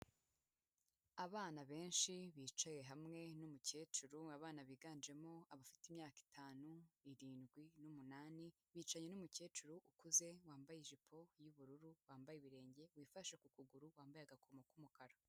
Abana benshi, bicaye hamwe n'umukecuru, abana biganjemo abafite imyaka itanu, irindwi n'umunani, bicaranye n'umukecuru ukuze, wambaye ijipo y'ubururu, wambaye ibirenge, wifashe ku kuguru, wambaye agakomo k'umukara.